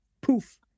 poof